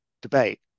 debate